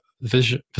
vision